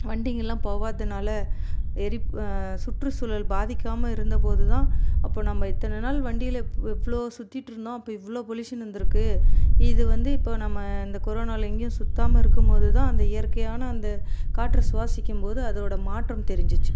வண்டிங்கள்லாம் போகாததுனால எரிப் சுற்றுச்சூழல் பாதிக்காமல் இருந்தபோதுதான் அப்போ நம்ப இத்தனை நாள் வண்டியில இவ்வளோ சுற்றிட்டுருந்தோம் அப்போ இவ்வளோ பொல்யூஷன் வந்துருக்கு இது வந்து இப்போ நம்ம இந்த கொரோனாவில எங்கேயும் சுத்தம் இருக்கும்போது தான் அந்த இயற்கையான அந்த காற்று சுவாசிக்கும் போது அதோட மாற்றம் தெரிஞ்சிச்சு